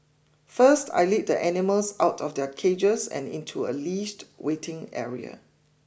first I lead the animals out of their cages and into a leashed waiting area